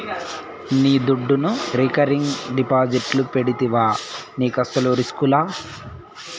నీ దుడ్డును రికరింగ్ డిపాజిట్లు పెడితివా నీకస్సలు రిస్కులా